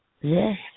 Yes